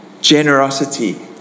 generosity